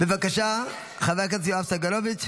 בבקשה, חבר הכנסת יואב סגלוביץ',